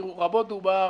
רבות דובר